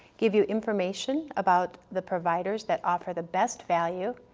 give you information about the providers that offer the best value,